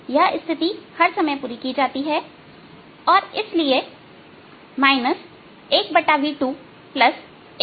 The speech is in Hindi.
यह स्थिति हर समय पूरी की जाती है और इसलिए 1v21v1dyTdt जीरो के बराबर होगा